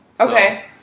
Okay